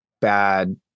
bad